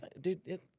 Dude